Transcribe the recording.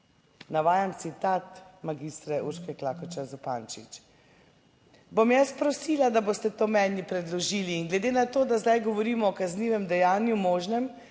navajam citat magistre Urške Klakočar Zupančič: Bom jaz prosila, da boste to meni predložili, in glede na to, da zdaj govorimo o kaznivem dejanju možnem